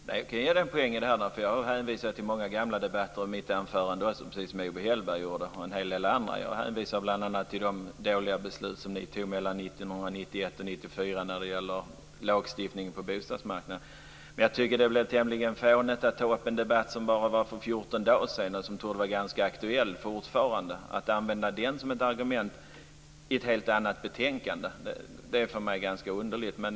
Fru talman! Jag kan ge Sten Andersson en poäng eftersom jag också har hänvisat till många gamla debatter i mitt anförande, precis som Owe Hellberg och en hel del andra gjorde. Jag hänvisade bl.a. till de dåliga beslut som ni fattade mellan 1991 och 1994 när det gällde lagstiftning om bostadsmarknaden. Men jag tycker att det är tämligen fånigt att ta upp en debatt som var för bara 14 dagar sedan och som fortfarande torde vara ganska aktuell. Att använda den som ett argument när det gäller ett helt annat betänkande är för mig ganska underligt.